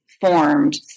formed